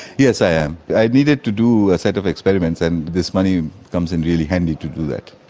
yes, i am. i needed to do a set of experiments and this money comes in really handy to do that.